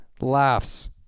laughs